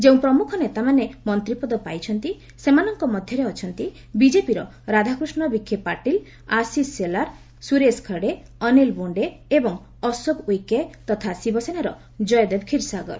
ଯେଉଁ ପ୍ରମ୍ରଖ ନେତାମାନେ ମନ୍ତ୍ରୀପଦ ପାଇଛନ୍ତି ସେମାନଙ୍କ ମଧ୍ୟରେ ଅଛନ୍ତି ବିଜେପିର ରାଧାକୃଷ୍ଣ ବିକ୍ଷେ ପାଟିଲ୍ ଆଶିଷ ସେଲାର୍ ସ୍ୱରେଶ ଖଡେ ଅନିଲ୍ ବୋଶ୍ଡେ ଏବଂ ଅଶୋକ ଉଇକେ ତଥା ଶିବସେନାର ଜୟଦେବ କ୍ଷୀରସାଗର